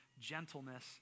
gentleness